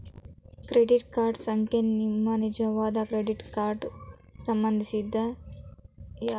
credit card ಸಂಖ್ಯೆ ನಿಮ್ಮನಿಜವಾದ credit card ಸಂಬಂಧಿಸಿದ ಯಾದೃಚ್ಛಿಕವಾಗಿ ರಚಿಸಲಾದ ಕಾರ್ಡ್ ಸಂಖ್ಯೆ ಯಾಗಿರುತ್ತೆ